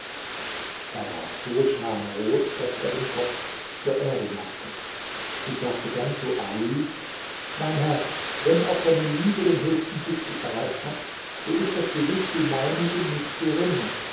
er ward so schamrot daß er den kopf zur erde neigte sie sagte dann zu ali mein herr wenn auch deine liebe den höchsten gipfel erreicht hat so ist doch gewiß die meinige nicht geringer